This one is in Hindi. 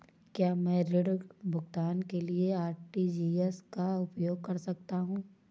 क्या मैं ऋण भुगतान के लिए आर.टी.जी.एस का उपयोग कर सकता हूँ?